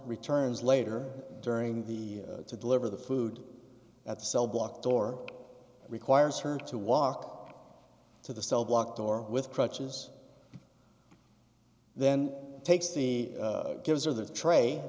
returns later during the to deliver the food at the cell block door requires her to walk to the cell block door with crutches then takes the gives or the tray